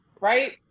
right